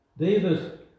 David